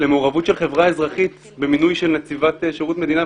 למעורבות של חברה אזרחית במינוי של נציב שירות מדינה,